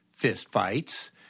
fistfights